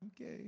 okay